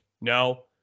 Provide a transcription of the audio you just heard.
no